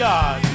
God